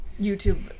YouTube